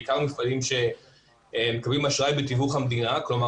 בעיקר מפעלים שמקבלים אשראי בתיווך המדינה כלומר,